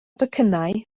docynnau